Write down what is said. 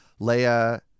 Leia